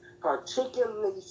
particularly